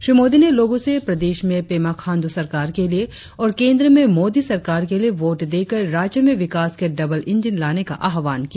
श्री मोदी ने लोगो से प्रदेश में पेमा खांड्र सरकार के लिए और केंद्र में मोदी सरकार के लिए वोट देकर राज्य में विकास के डबल इंजीन लाने का आह्वान किया